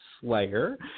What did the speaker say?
Slayer